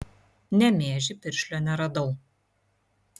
nemėžy piršlio neradau